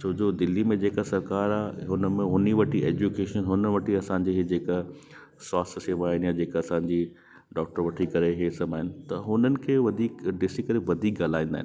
छो जो दिल्ली में जेका सरकार आहे हुनमें उन वटि ई एजुकेशन उन वटि ई असांजी ही जेका स्वास्थ्य सेवा आहिनि जेका असांजी डॉक्टर वठी करे हीअ सभु आहिनि त हुननि खे वधीक ॾिसी करे वधीक हलाईंदा आहिनि